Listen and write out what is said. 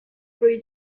free